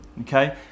okay